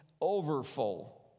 overfull